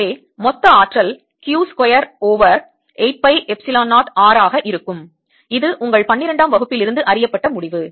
எனவே மொத்த ஆற்றல் Q square over 8 pi epsilon 0 R ஆக இருக்கும் இது உங்கள் பன்னிரண்டாம் வகுப்பிலிருந்து அறியப்பட்ட முடிவு